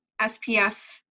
SPF